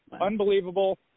Unbelievable